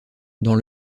dans